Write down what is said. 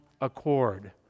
accord